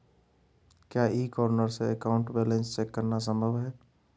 क्या e corner से account balance check करना संभव है?